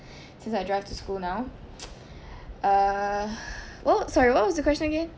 since I drive to school now err well sorry what was the question again